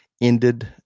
ended